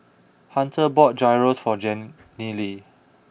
Hunter bought Gyros for Jenilee